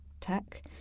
tech